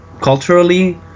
culturally